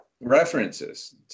references